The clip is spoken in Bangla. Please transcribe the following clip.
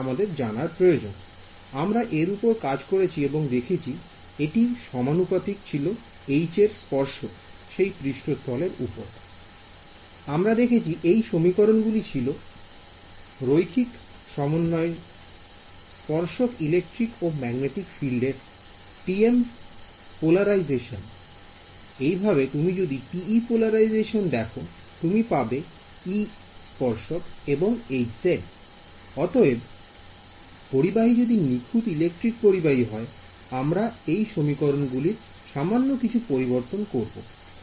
আমরা এর উপর কাজ করেছি এবং দেখেছি যে এটি সমানুপাতিক ছিল H এর স্পর্শক সেই পৃষ্ঠ স্থল এর উপর I আমরা দেখেছি এই সমীকরণ গুলি ছিল রৈখিক সমন্বয় স্পর্শক ইলেকট্রিক ও ম্যাগনেটিক ফিল্ডে এর TM পোলারাইজেশন এ একইভাবে তুমি যদি TE পোলারাইজেশন দেখো তুমি পাবে E স্পর্শক এবং I অতএব পরিবাহী যদি নিখুঁত ইলেকট্রিক পরিবাহী হয় আমরা এই সমীকরণ গুলি র সামান্য কিছু পরিবর্তন করব